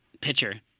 Pitcher